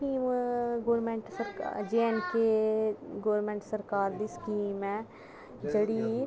ते एह् scheme government J and K government सरकार दी स्कीम ऐ जेह्ड़ी